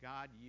God